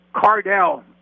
Cardell